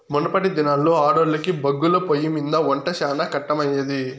మునపటి దినాల్లో ఆడోల్లకి బొగ్గుల పొయ్యిమింద ఒంట శానా కట్టమయ్యేది